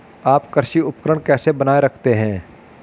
आप कृषि उपकरण कैसे बनाए रखते हैं?